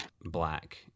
black